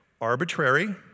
arbitrary